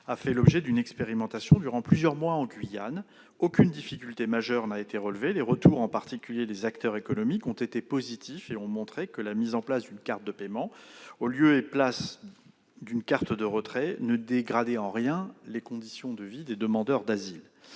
a fait l'objet d'une expérimentation durant plusieurs mois en Guyane. Aucune difficulté majeure n'a été relevée. Les retours, en particulier ceux des acteurs économiques, ont été positifs et ont montré que la mise en place d'une carte de paiement en lieu et place d'une carte de retrait ne dégradait en rien les conditions de vie des demandeurs d'asile.